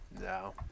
No